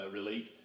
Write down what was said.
relate